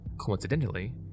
coincidentally